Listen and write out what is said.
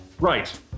Right